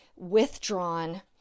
withdrawn